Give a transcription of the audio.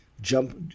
jump